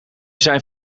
zijn